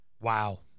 wow